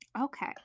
Okay